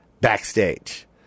backstage